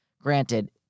Granted